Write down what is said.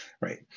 Right